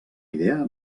idea